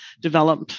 develop